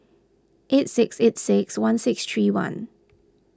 eight six eight six one six three one